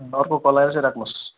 अर्को कल आयो राख्नुहोस्